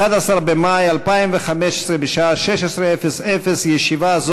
11 במאי 2015, בשעה 16:00. ישיבה